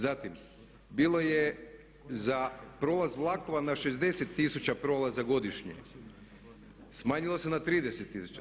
Zatim, bilo je za prolaz vlakova na 60 tisuća prolaza godišnje, smanjilo se na 30 tisuća.